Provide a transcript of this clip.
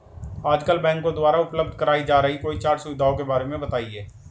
आजकल बैंकों द्वारा उपलब्ध कराई जा रही कोई चार सुविधाओं के बारे में बताइए?